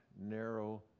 narrow